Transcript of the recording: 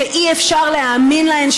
שאי-אפשר להאמין להן,